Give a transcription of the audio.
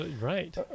right